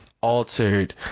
altered